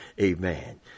Amen